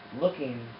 looking